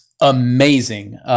amazing